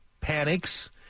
panics